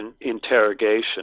interrogation